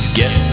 get